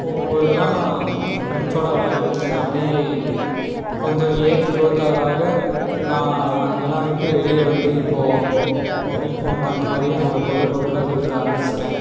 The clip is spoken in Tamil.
போகும்போதெல்லாம் ஃப்ரெண்ட்ஸோட விளையாண்டுட்ருந்தேன் அப்படியே கொஞ்சம் ஏஜ் க்ரோத் ஆக ஆக நான் அதையெல்லாம் விட்டு வெளியே வந்து இப்போ மொபைல் ஃபோன்ஸ் அந்த மாரி என்னோட பொழுதுபோக்கில் செலுத்த ஆரம்பிச்சிட்டேன்